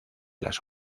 las